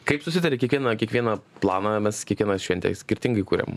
kaip susitari kiekvieną kiekvieną planą mes kiekvienas šventę skirtingai kuriam